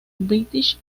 british